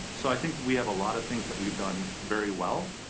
so i think that we have a lot of things that we've done very well.